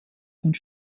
und